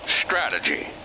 strategy